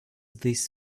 this